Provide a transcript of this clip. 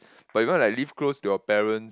but you want like live close to your parent